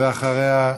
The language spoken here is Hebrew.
ואחריה,